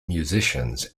musicians